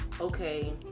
okay